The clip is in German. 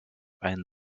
ein